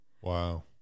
Wow